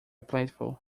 plateful